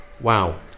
wow